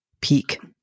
Peak